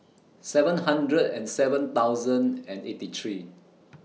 seven hundred and seven thousand and eighty three